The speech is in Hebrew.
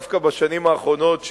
דווקא בשנים האחרונות,